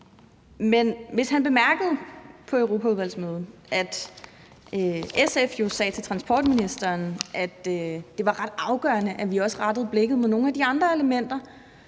Men han bemærkede vel, at SF på europaudvalgsmødet jo sagde til transportministeren, at det var ret afgørende, at vi også rettede blikket mod nogle de andre elementer,